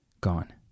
gone